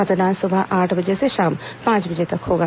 मतदान सुबह आठ बजे से शाम पांच बजे तक होगा